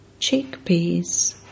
Chickpeas